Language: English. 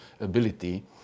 ability